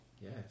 yes